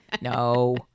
no